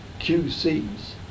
QC's